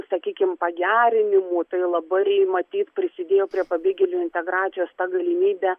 sakykim pagerinimų tai labai matyt prisidėjo prie pabėgėlių integracijos ta galimybė